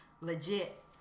Legit